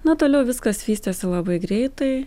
na toliau viskas vystėsi labai greitai